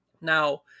now